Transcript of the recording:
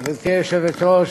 גברתי היושבת-ראש,